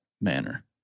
manner